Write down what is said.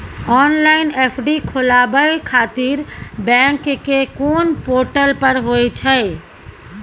Online FD खोलाबय खातिर bank के कोन पोर्टल पर होए छै?